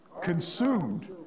Consumed